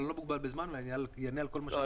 אני לא מוגבל בזמן ואני אענה על הכול.